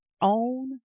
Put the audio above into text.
own